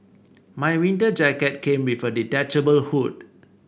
my winter jacket came with a detachable hood